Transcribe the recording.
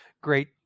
great